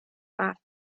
earth